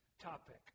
topic